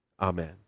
amen